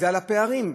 על הפערים.